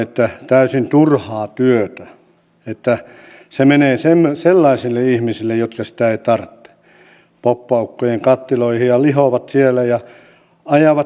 tarvitsemme yhteen hiileen puhaltamista ja paikallista sopimista pienyrityksiin jotta kaikki voivat luottaa siihen että suomessa menestyy työllä ja yrittämisellä